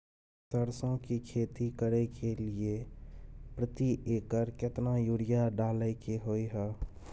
सरसो की खेती करे के लिये प्रति एकर केतना यूरिया डालय के होय हय?